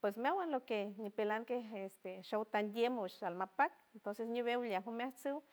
pues meawan lo que ñipelan kej este show tandiem o shal malpac entonces ñiwew leajo meajo leajtsu